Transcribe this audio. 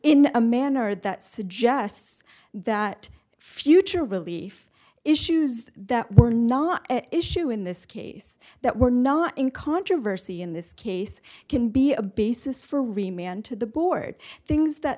in a manner that suggests that future relief issues that were not at issue in this case that were not in controversy in this case can be a basis for remained to the board things that